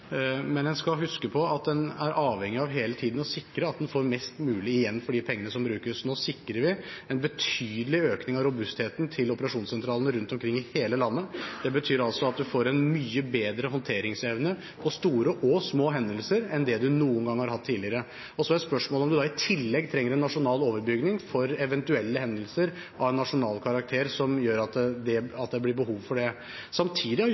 men en skal huske på at en hele tiden er avhengig av å sikre at en får mest mulig igjen for de pengene som brukes. Nå sikrer vi en betydelig økning av robustheten til operasjonssentralene rundt omkring i hele landet. Det betyr at en får en mye bedre håndteringsevne på store og små hendelser enn det en noen gang tidligere har hatt. Så er spørsmålet om en da i tillegg trenger en nasjonal overbygning for eventuelle hendelser av en nasjonal karakter, som gjør at det blir behov for det. Samtidig